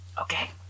okay